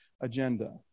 agenda